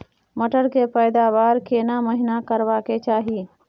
मटर के पैदावार केना महिना करबा के चाही?